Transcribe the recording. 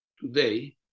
Today